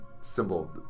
symbol